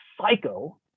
psycho